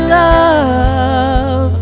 love